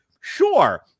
Sure